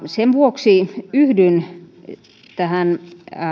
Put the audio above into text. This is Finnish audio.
sen vuoksi yhdyn tähän